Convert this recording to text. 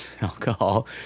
alcohol